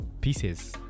pieces